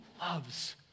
loves